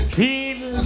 feel